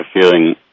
feeling